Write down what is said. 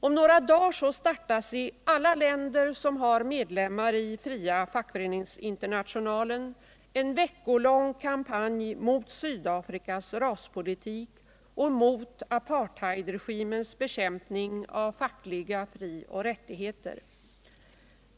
; Om några dagar startas i alla länder som har medlemmar i Fria fackföreningsinternationalen en veckolång kampanj mot Sydafrikas raspolitik och mot apartheidregimens bekämpning av fackliga frioch rättigheter.